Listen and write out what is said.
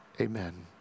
Amen